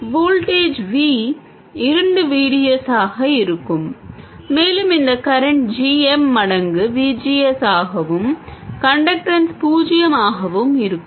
voltage V இரண்டு V D S ஆக இருக்கும் மேலும் இந்த கரண்ட் g m மடங்கு V G S ஆகவும் கன்டக்டன்ஸ் பூஜ்ஜியமாகவும் இருக்கும்